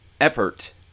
effort